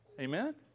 Amen